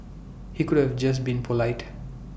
he could have just been polite